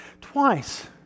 Twice